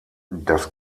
das